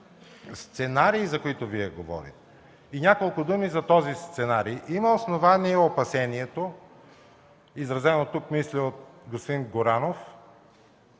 сценарий, за които Вие говорите. И няколко думи за този сценарий. Има основание опасението, изразено тук, мисля от господин Горанов,